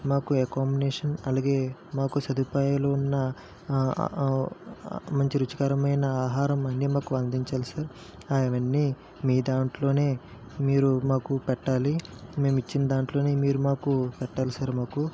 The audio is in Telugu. మాకు ఎకామినేషన్ అలాగే మాకు సదుపాయాలు ఉన్న మంచి రుచికరమైన ఆహారం అన్నీ మాకు అందించాలి సార్ అవన్నీ మీ దాంట్లోనే మీరు మాకు పెట్టాలి మేము ఇచ్చిన దాంట్లోనే మీరు మాకు పెట్టాలి సార్ మాకు